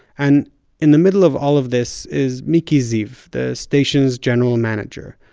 and in the middle of all of this is miki ziv, the station's general manager,